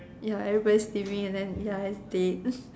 ya everybody is leaving and then ya it's dead